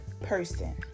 person